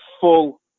full